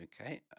Okay